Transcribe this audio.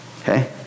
okay